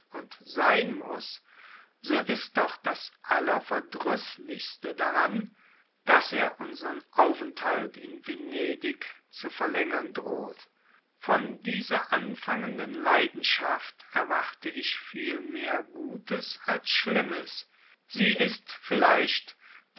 sein muß so ist doch das allerverdrüßlichste daran daß er unsern aufenthalt in venedig zu verlängern droht von dieser anfangenden leidenschaft erwarte ich viel mehr gutes als schlimmes sie ist vielleicht